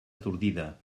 atordida